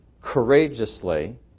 courageously